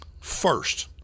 first